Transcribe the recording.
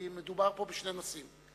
כי מדובר פה בשני נושאים.